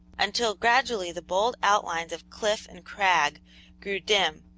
until gradually the bold outlines of cliff and crag grew dim,